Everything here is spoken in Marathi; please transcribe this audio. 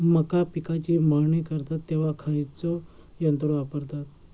मका पिकाची मळणी करतत तेव्हा खैयचो यंत्र वापरतत?